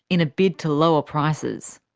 in a bid to lower prices.